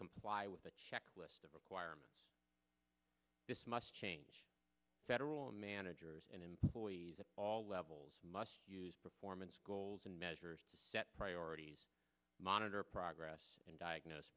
comply a checklist of requirements this must change federal managers and employees at all levels must use performance goals and measures to set priorities monitor progress and diagnose